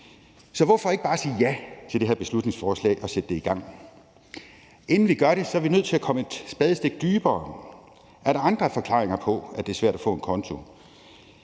Så hvorfor ikke bare sige ja til det her beslutningsforslag og sætte det i gang? Inden vi gør det, er vi nødt til at komme et spadestik dybere. Er der andre forklaringer på, at det er svært at få en konto?